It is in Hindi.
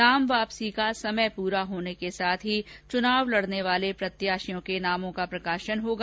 नाम वापसी का समय पूरा होने के साथ ही चुनाव लड़ने वाले प्रत्याशियों का प्रकाशन होगा